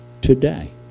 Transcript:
Today